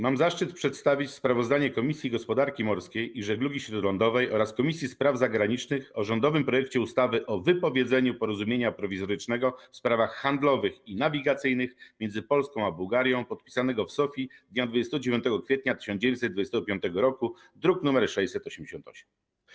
Mam zaszczyt przedstawić sprawozdanie Komisji Gospodarki Morskiej i Żeglugi Śródlądowej oraz Komisji Spraw Zagranicznych o rządowym projekcie ustawy o wypowiedzeniu Porozumienia Prowizorycznego w sprawach handlowych i nawigacyjnych między Polską a Bułgarją, podpisanego w Sofji dnia 29 kwietnia 1925 r., druk nr 688.